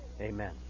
Amen